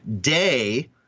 day